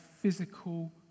physical